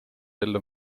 ellu